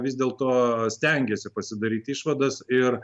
vis dėl to stengiasi pasidaryti išvadas ir